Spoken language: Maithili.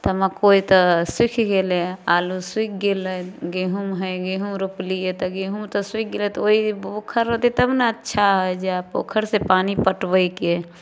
तऽ मकइ तऽ सुखि गेलै आलू सुखि गेलै गहूम हइ गहूम रोपलियै तऽ गहूम तऽ सुखि गेलै तऽ ओ पोखरि रहतै तब ने अच्छा जे पोखरिसँ पानि पटबैके